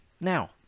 Now